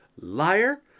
liar